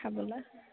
খাবলে